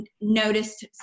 noticed